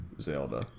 Zelda